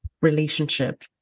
relationship